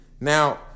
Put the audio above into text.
now